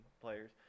players